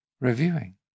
Reviewing